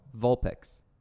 Vulpix